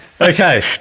Okay